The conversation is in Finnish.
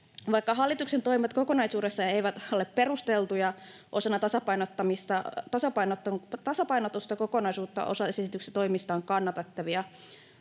Vaikka hallituksen toimet kokonaisuudessaan eivät ole perusteltuja osana tasapainottavaa kokonaisuutta, osa esityksen toimista on kannatettavia.